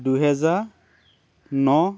দুহেজাৰ ন